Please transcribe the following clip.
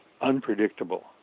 unpredictable